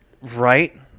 Right